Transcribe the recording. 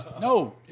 No